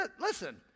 Listen